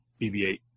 BB-8